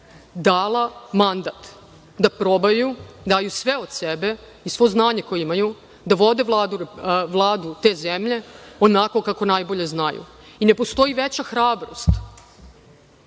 dala mandat da probaju, daju sve od sebe i svo znanje koje imaju, da vode Vladu te zemlje onako kako najbolje znaju. Ne postoji veća hrabrost